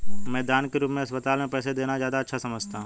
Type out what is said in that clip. मैं दान के रूप में अस्पताल में पैसे देना ज्यादा अच्छा समझता हूँ